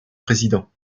présidents